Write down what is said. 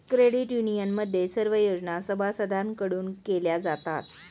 credit युनियनमध्ये सर्व योजना सभासदांकडून केल्या जातात